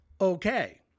okay